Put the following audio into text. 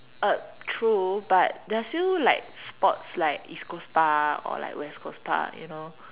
uh true but there's still like spots like East Coast Park or like West Coast Park you know